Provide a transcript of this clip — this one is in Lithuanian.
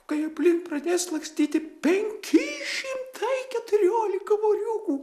kai aplink pradės lakstyti penki šimtai keturiolika voriukų